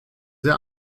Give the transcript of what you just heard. sehr